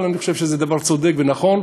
אבל אני חושב שזה דבר צודק ונכון.